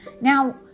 Now